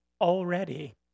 already